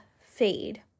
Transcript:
fade